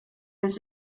has